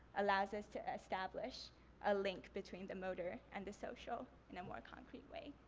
allows us to establish a link between the motor and the social in a more concrete way.